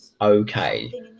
okay